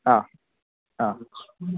ആ ആ